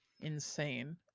Insane